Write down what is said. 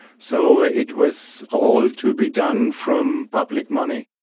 so ah it was all to be done from public money.